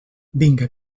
vinga